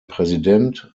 präsident